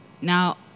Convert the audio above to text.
Now